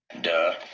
Duh